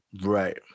Right